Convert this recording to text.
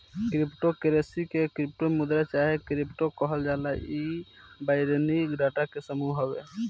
crypto currency के crypto मुद्रा चाहे क्रिप्टो कहल जाला इ बाइनरी डाटा के समूह हवे